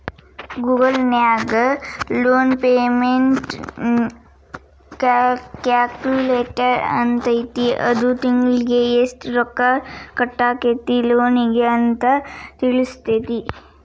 Google ನ್ಯಾಗ loan payment calculator ಅಂತೈತಿ ಅದು ತಿಂಗ್ಳಿಗೆ ಯೆಷ್ಟ್ ರೊಕ್ಕಾ ಕಟ್ಟಾಕ್ಕೇತಿ ಲೋನಿಗೆ ಅಂತ್ ತಿಳ್ಸ್ತೆತಿ